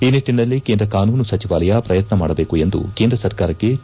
ಈ ನಿಟ್ಟನಲ್ಲಿ ಕೇಂದ್ರ ಕಾನೂನು ಸಚಿವಾಲಯ ಪ್ರಯತ್ನ ಮಾಡಬೇಕು ಎಂದು ಕೇಂದ್ರ ಸರ್ಕಾರಕ್ಕೆ ಕೆ